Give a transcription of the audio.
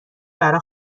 برا